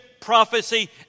prophecy